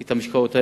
את המשקאות האלה.